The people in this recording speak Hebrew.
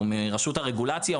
הוא מרשות הרגולציה,